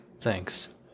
Thanks